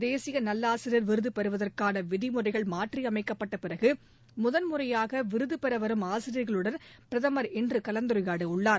தேசியநல்லாசிரியர் விருதபெறுவதற்கானவிதிமுறைகள் மாற்றியமைக்கப்பட்டபிறகுழுதன்முறையாகவிருதுபெறவரும் ஆசிரியர்களுடன் பிரதமர் இன்றுகலந்துரையாடவுள்ளார்